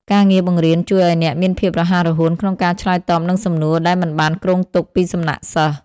ការងារបង្រៀនជួយឱ្យអ្នកមានភាពរហ័សរហួនក្នុងការឆ្លើយតបនឹងសំណួរដែលមិនបានគ្រោងទុកពីសំណាក់សិស្ស។